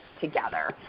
together